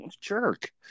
Jerk